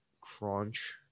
Crunch